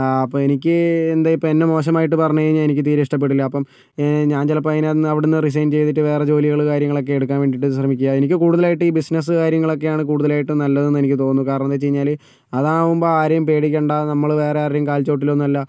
അപ്പോൾ എനിക്ക് എന്ത് ഇപ്പോൾ എന്നെ മോശമായിട്ട് പറഞ്ഞുകഴിഞ്ഞാൽ എനിക്ക് തീരെ ഇഷ്ട്ടപ്പെടില്ല അപ്പം ഞാൻ ചിലപ്പം അതിനകത്തു നിന്ന് അവിടെ നിന്ന് റിസൈന് ചെയ്തിട്ട് വേറെ ജോലികൾ കാര്യങ്ങളൊക്കെ എടുക്കാൻ വേണ്ടിയിട്ട് ശ്രമിക്കുക എനിക്ക് കൂടുതലായിട്ട് ഈ ബിസിനെസ്സ് കാര്യങ്ങളൊക്കെയാണ് കൂടുതലായിട്ടും നല്ലതെന്ന് എനിക്ക് തോന്നുന്നു കാരണമെന്താണെന്ന് വെച്ചുകഴിഞ്ഞാൽ അതാകുമ്പോൾ ആരെയും പേടിക്കണ്ട നമ്മൾ വേറാരുടെയും കാൽച്ചുവട്ടിലൊന്നുമല്ല